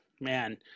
man